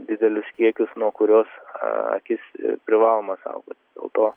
didelius kiekius nuo kurios akys privaloma saugot dėl to